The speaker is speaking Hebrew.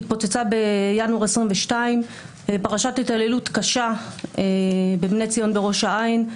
התפוצצה בינואר 2022. פרשת התעללות קשה בבני ציון בראש העין.